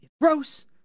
Gross